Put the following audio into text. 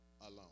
alone